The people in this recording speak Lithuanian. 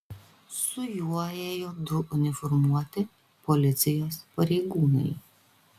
su juo ėjo du uniformuoti policijos pareigūnai